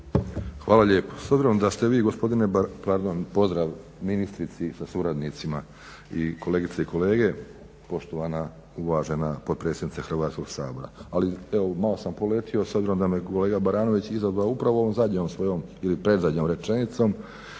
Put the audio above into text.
Hvala lijepo. Pozdrav ministrici sa suradnicima i kolegice i kolege, poštovana uvažena potpredsjednice Hrvatskog sabora. Evo malo sam poletio s obzirom da me kolega Baranović izazvao upravo ovo zadnjom svojom ili predzadnjom rečenicom